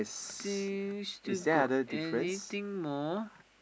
still still got anything more